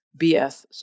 BS